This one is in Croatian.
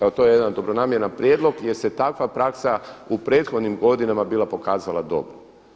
Evo to je jedan dobronamjeran prijedlog jer se takva praksa u prethodnim godinama bila pokazala dobrom.